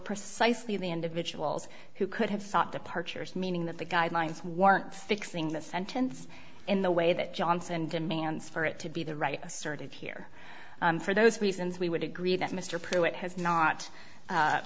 precisely the individuals who could have sought departures meaning that the guidelines weren't fixing the sentence in the way that johnson demands for it to be the right asserted here for those reasons we would agree that mr pruitt has not